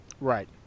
right